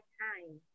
time